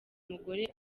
mugore